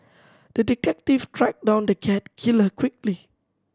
the detective tracked down the cat killer quickly